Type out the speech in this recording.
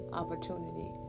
opportunity